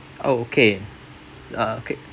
oh okay uh okay